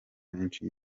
menshi